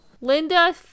Linda